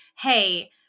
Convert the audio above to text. Hey